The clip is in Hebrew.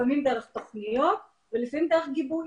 לפעמים דרך תוכניות ולפעמים דרך גיבוי.